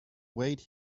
wait